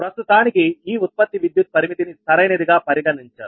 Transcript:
ప్రస్తుతానికి ఈ ఉత్పత్తి విద్యుత్ పరిమితిని సరైనదిగా పరిగణించరు